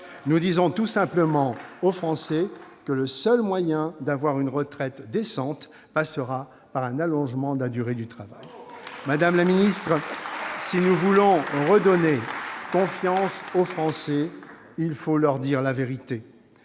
Nous disons tout simplement aux Français que le seul moyen d'avoir une retraite décente passera par un allongement de la durée du travail. Madame la ministre, si nous voulons redonner confiance aux Français, il faut leur dire la vérité.